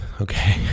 Okay